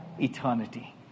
eternity